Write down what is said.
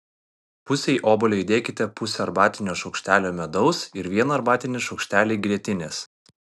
pusei obuolio įdėkite pusę arbatinio šaukštelio medaus ir vieną arbatinį šaukštelį grietinės